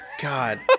God